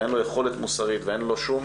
אין לו יכולת מוסרית ואין לו שום